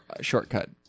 shortcut